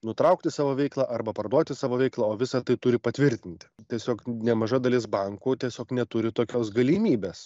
nutraukti savo veiklą arba parduoti savo veiklą o visa tai turi patvirtinti tiesiog nemaža dalis bankų tiesiog neturi tokios galimybės